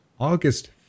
August